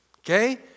okay